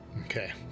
Okay